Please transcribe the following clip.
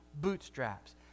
bootstraps